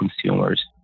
consumers